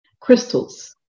Crystals